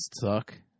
suck